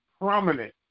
prominent